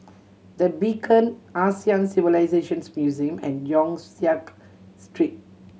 The Beacon Asian Civilisations Museum and Yong Siak Street